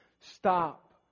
Stop